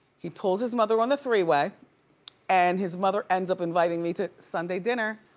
he pulls his mother on the three-way and his mother ends up inviting me to sunday dinner.